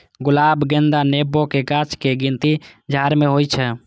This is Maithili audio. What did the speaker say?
गुलाब, गेंदा, नेबो के गाछक गिनती झाड़ मे होइ छै